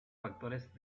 factores